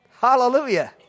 Hallelujah